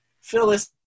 Phyllis